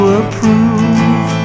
approve